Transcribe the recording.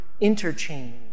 interchange